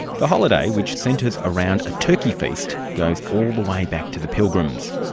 the holiday, which centres around a turkey feast, goes all the way back to the pilgrims.